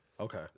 Okay